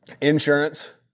insurance